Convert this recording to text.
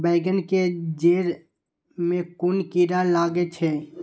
बेंगन के जेड़ में कुन कीरा लागे छै?